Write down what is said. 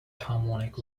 harmonic